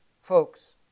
Folks